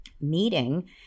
meeting